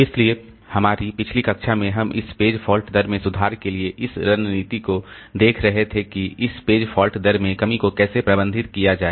इसलिए हमारी पिछली कक्षा में हम इस पेज फॉल्ट दर में सुधार के लिए इस रणनीति को देख रहे थे कि इस पेज फॉल्ट दर में कमी को कैसे प्रबंधित किया जाए